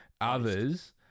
others